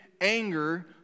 anger